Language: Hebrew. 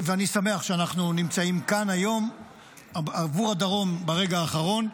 ואני שמח שאנחנו נמצאים כאן היום עבור הדרום ברגע האחרון.